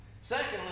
Secondly